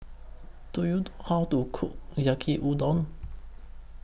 Do YOU Do How to Cook Yaki Udon